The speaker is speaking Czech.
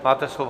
Máte slovo.